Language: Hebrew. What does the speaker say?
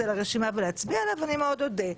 הזה לרשימה ולהצביע עליו אני מאוד אודה.